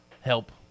help